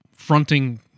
Fronting